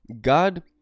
God